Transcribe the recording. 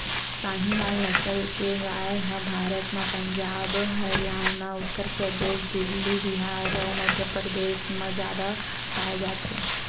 साहीवाल नसल के गाय ह भारत म पंजाब, हरयाना, उत्तर परदेस, दिल्ली, बिहार अउ मध्यपरदेस म जादा पाए जाथे